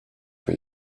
for